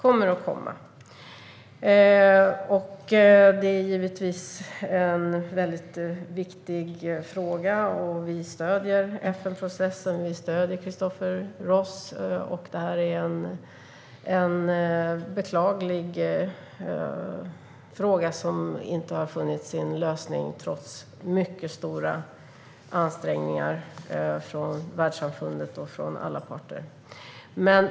Det här är givetvis en viktig fråga, och vi stöder FN-processen. Vi stöder Christopher Ross. Det här är en beklaglig fråga som inte har funnit sin lösning trots mycket stora ansträngningar från världssamfundet och alla parter.